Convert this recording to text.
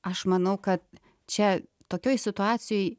aš manau kad čia tokioj situacijoj